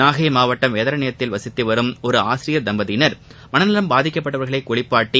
நாகை மாவட்டம் வேதாரண்யத்தில் வசித்து வரும் ஒரு ஆசிரியர் தம்பதியினர் மனநலம் பாதிக்கப்பட்டவர்களை குளிப்பாட்டி